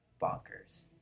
bonkers